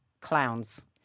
clowns